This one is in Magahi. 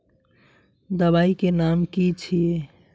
दबाई के नाम की छिए?